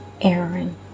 aaron